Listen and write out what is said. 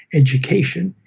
education,